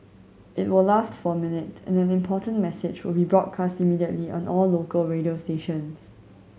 it will last for a minute and an important message will be broadcast immediately on all local radio stations